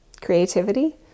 creativity